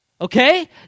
okay